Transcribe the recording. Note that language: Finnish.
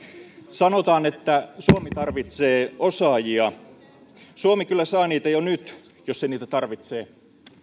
sanotaan että suomi tarvitsee osaajia suomi kyllä saa niitä jo nyt jos se niitä tarvitsee